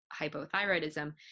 hypothyroidism